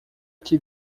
que